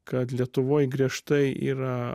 kad lietuvoj griežtai yra